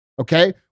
Okay